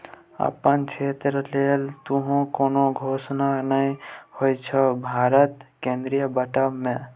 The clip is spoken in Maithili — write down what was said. अपन क्षेत्रक लेल तँ कोनो घोषणे नहि होएत छै भारतक केंद्रीय बजट मे